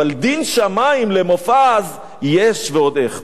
אבל דין שמים למופז יש, ועוד איך.